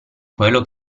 quello